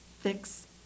fix